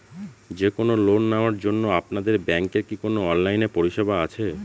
যে কোন লোন নেওয়ার জন্য আপনাদের ব্যাঙ্কের কি কোন অনলাইনে পরিষেবা আছে?